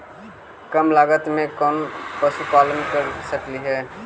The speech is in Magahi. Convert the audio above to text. कम लागत में कौन पशुपालन कर सकली हे?